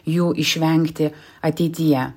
jų išvengti ateityje